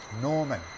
Norman